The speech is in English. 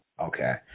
Okay